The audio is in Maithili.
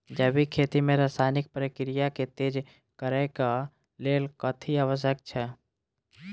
जैविक खेती मे रासायनिक प्रक्रिया केँ तेज करै केँ कऽ लेल कथी आवश्यक छै?